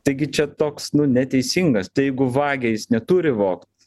taigi čia toks nu neteisingas tai jeigu vagia jis neturi vogt